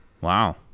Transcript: wow